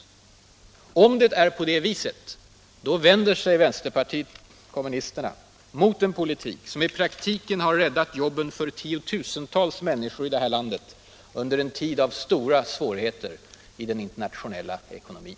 regionalpolitik Om det är på det viset så vänder sig vänsterpartiet kommunisterna mot den politik som i praktiken har räddat jobben för tiotusentals människor i det här landet under en tid av stora svårigheter i den internationella ekonomin.